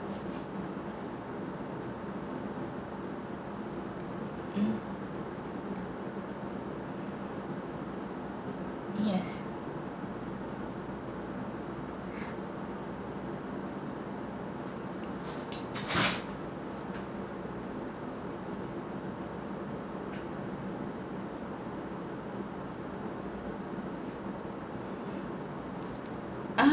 mm yes uh